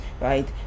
right